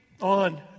on